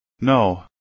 No